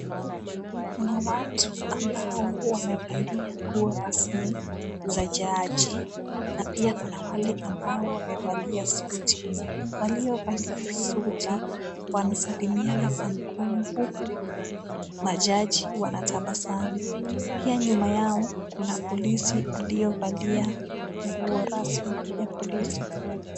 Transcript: Kuna watu ambao wamevalia nguo rasmi za jaji, na pia kuna wale ambao wamevalia suti. Waliovalia suti wanasalimiana kwa mkono huku majaji wanatabasamu. Pia nyuma yao kuna polisi aliyevalia nguo rasmi ya polisi.